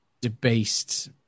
debased